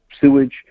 sewage